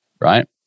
right